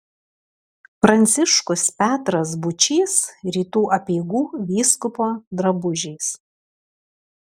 pranciškus petras būčys rytų apeigų vyskupo drabužiais